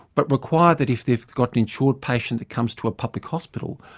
but require that if they've got an insured patient that comes to a public hospital,